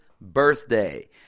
birthday